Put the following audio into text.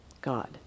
God